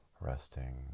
resting